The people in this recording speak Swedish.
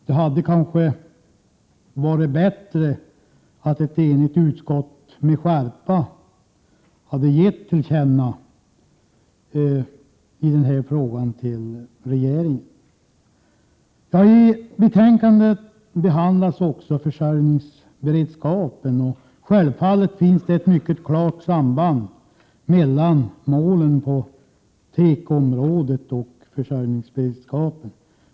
Det hade kanske varit bättre om ett enigt utskott med skärpa hade gett regeringen sin mening till känna i den här frågan. I betänkandet behandlas också frågan om försörjningsberedskapen. Självfallet finns ett mycket klart samband mellan målen på tekoområdet och försörjningsberedskapen.